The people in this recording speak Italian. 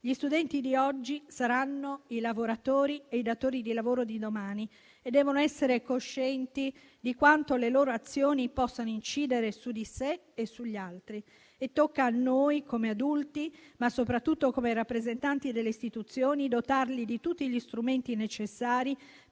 Gli studenti di oggi saranno i lavoratori e i datori di lavoro di domani e devono essere coscienti di quanto le loro azioni possano incidere su di sé e sugli altri. Tocca a noi come adulti, ma soprattutto come rappresentanti delle istituzioni, dotarli di tutti gli strumenti necessari